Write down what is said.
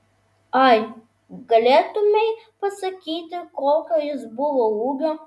ai galėtumei pasakyti kokio jis buvo ūgio